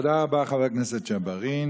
תודה רבה, חבר הכנסת ג'בארין.